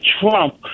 Trump